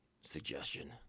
suggestion